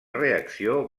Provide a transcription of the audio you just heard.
reacció